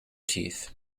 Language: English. teeth